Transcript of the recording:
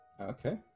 Okay